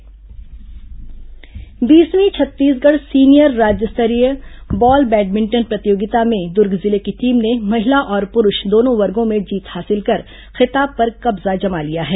खेल समाचार बीसवीं छत्तीसगढ़ सीनियर राज्य स्तरीय बॉल बैडमिंटन प्रतियोगिता में दूर्ग जिले की टीम ने महिला और पुरूष दोनों वर्गों में जीत हासिल कर खिताब पर कब्जा जमा लिया है